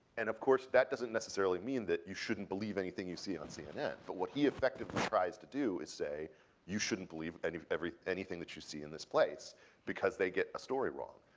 and, of course, that doesn't necessarily mean that you shouldn't believe anything you see on cnn, but what he effectively tries to do is say you shouldn't believe any every anything that you see in this place because they get a story wrong.